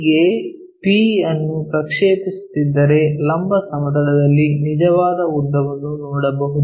P ಗೆ p ಅನ್ನು ಪ್ರಕ್ಷೇಪಿಸುತ್ತಿದ್ದರೆ ಲಂಬ ಸಮತಲದಲ್ಲಿ ನಿಜವಾದ ಉದ್ದವನ್ನು ನೋಡಬಹುದು